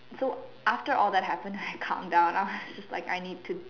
so after all that happen I calm down I was just like I need to